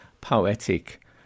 poetic